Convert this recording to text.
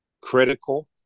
critical